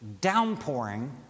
downpouring